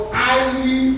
highly